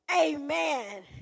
Amen